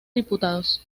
diputados